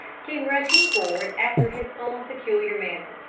came rushing forward after his own peculiar manner.